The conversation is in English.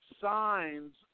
signs